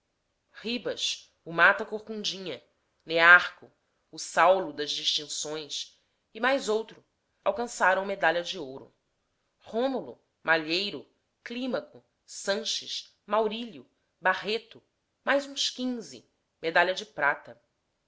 ribas o mata corcundinha nearco o saulo das distinções e mais outro alcançaram medalha de ouro rômulo malheiro clímaco sanches maurílio barreto mais uns quinze medalha de prata